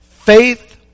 faith